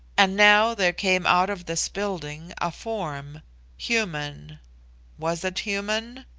and now there came out of this building a form human was it human?